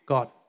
God